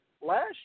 last